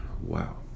wow